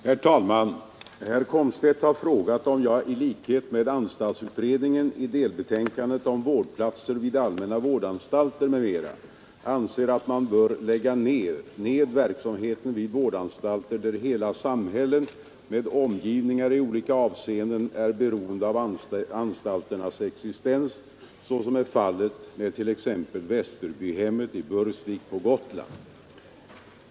Herr talman! Herr Komstedt har frågat om jag i likhet med anstaltsutredningen i delbetänkandet om vårdplatser vid allmänna vårdanstalter m.m. anser att man bör lägga ned verksamheten vid vårdanstalter där hela samhällen med omgivningar i olika avseenden är beroende av anstalternas existens, såsom är fallet med t.ex. Västerbyhemmet i Bursvik på Gotland.